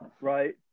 right